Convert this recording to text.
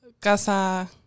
casa